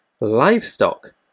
livestock